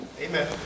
Amen